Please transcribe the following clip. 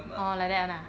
orh like that [one] ah